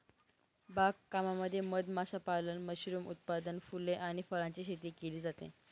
बाग कामामध्ये मध माशापालन, मशरूम उत्पादन, फुले आणि फळांची शेती केली जाते